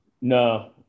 No